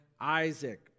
Isaac